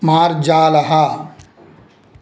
मार्जालः